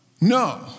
no